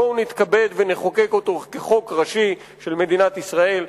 בואו נתכבד ונחוקק אותו כחוק ראשי של מדינת ישראל,